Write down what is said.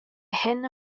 hyn